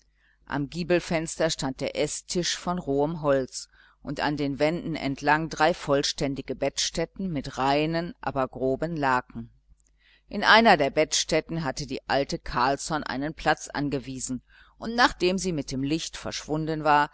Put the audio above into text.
am giebelfenster stand der eßtisch von rohem holz und an den wänden entlang drei vollständige bettstätten mit reinen aber groben laken in einer der bettstätten hatte die alte carlsson einen platz angewiesen und nachdem sie mit dem licht verschwunden war